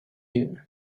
you